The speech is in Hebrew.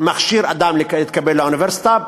שמכשירה אדם להתקבל לאוניברסיטה,